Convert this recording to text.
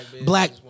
black